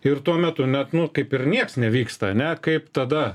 ir tuo metu net nu kaip ir nieks nevyksta ane kaip tada